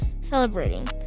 celebrating